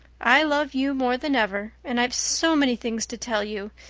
i love you more than ever and i've so many things to tell you.